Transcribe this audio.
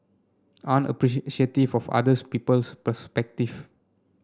aren't appreciative of other people's perspective